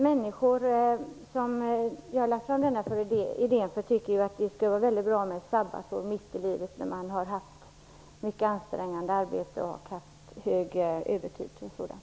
Människor som ställs inför den här idén tycker att det skulle vara mycket bra med ett sabbatsår mitt i livet, kanske efter att ha haft mycket ansträngande arbete, mycket övertid osv.